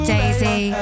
Daisy